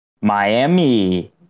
Miami